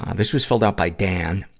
this was filled out by dan,